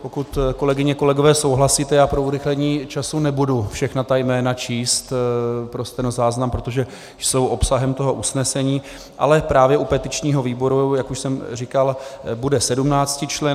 Pokud, kolegyně a kolegové, souhlasíte, pro urychlení času nebudu všechna jména číst pro stenozáznam, protože jsou obsahem usnesení, ale právě u petičního výboru, jak už jsem říkal, bude 17členný.